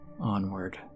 Onward